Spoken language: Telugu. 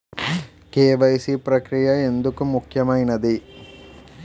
కే.వై.సీ ప్రక్రియ ఎందుకు ముఖ్యమైనది?